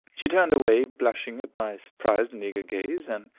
she turned away blushing at my surprised and eager gaze, and,